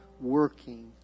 working